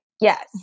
yes